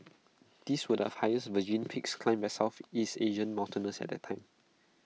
these were the highest virgin peaks climbed by Southeast Asian mountaineers at the time